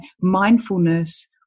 mindfulness